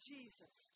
Jesus